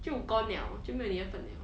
就 gone liao 就没有你的份 liao